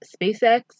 SpaceX